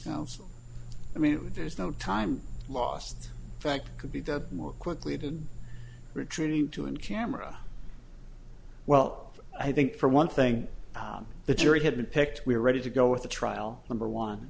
counsel i mean there's no time lost fact could be done more quickly to retreating to and camera well i think for one thing the jury had been picked we were ready to go with the trial number one